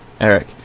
Eric